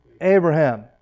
Abraham